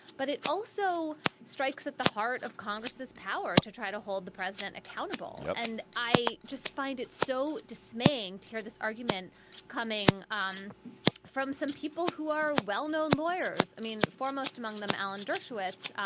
but it also strikes at the heart of congress's power to try to hold the president accountable. and i just find it so dismaying to hear this argument coming um from some people who are well-known lawyers. i mean, foremost among them, alan dershowitz